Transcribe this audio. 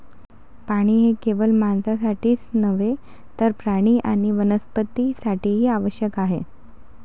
पाणी हे केवळ माणसांसाठीच नव्हे तर प्राणी आणि वनस्पतीं साठीही आवश्यक आहे